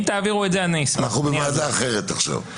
אנחנו בוועדה אחרת עכשיו.